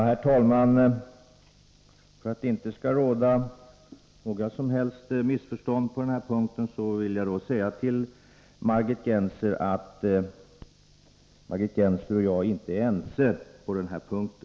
Herr talman! För att det inte skall råda några som helst missförstånd vill jag säga till Margit Gennser att hon och jag inte är ense på denna punkt.